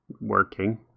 working